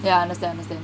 I understand I understand